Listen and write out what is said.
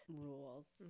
rules